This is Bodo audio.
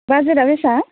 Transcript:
बाजेटआ बेसेबां